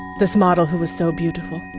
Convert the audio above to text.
this model who was so beautiful?